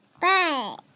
Bye